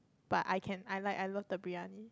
but I can I like I love the biryani